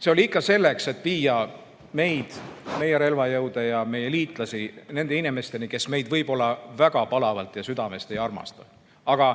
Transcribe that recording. See oli ikka selleks, et viia meid, meie relvajõude ja meie liitlasi nende inimesteni, kes meid võib-olla väga palavalt ja südamest ei armasta. Aga